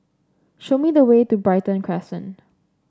show me the way to Brighton Crescent